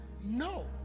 no